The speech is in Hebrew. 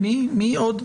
מי עוד?